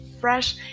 fresh